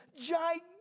gigantic